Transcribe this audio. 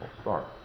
start